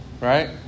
right